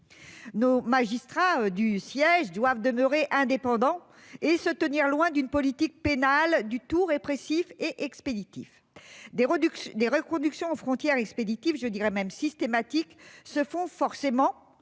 Nos magistrats du siège doivent demeurer indépendants et se tenir loin d'une politique pénale expéditive et du tout-répressif. Des reconductions aux frontières expéditives, je dirai même systématiques, se font forcément